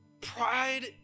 pride